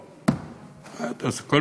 מה אתה עושה?